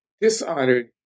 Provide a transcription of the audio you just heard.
dishonored